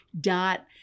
dot